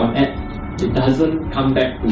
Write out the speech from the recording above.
it doesn't come back